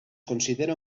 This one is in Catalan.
considera